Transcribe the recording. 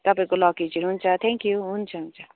तपाईँको लगेजहरू हुन्छ थ्याङ्क्यु हुन्छ हुन्छ